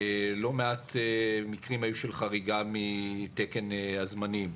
לא מעט מקרים היו של חריגה מתקן הזמנים.